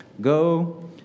Go